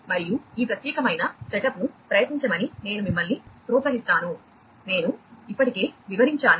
మరియు ఈ ప్రత్యేకమైన సెటప్ను ప్రయత్నించమని నేను మిమ్మల్ని ప్రోత్సహిస్తాను నేను ఇప్పటికే వివరించాను